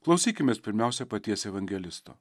klausykimės pirmiausia paties evangelisto